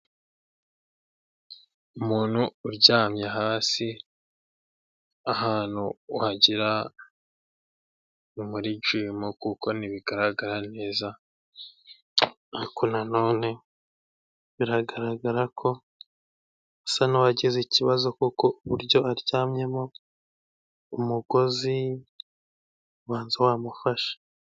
Umuntu uryamye hasi, ahantu wagira ni muri jimu kuko ntibigaragara neza, ariko nanone biragaragara ko asa n'uwagize ikibazo, kuko uburyo aryamyemo umugozi ubanza wamufashe.